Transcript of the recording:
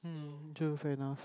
hmm true fair enough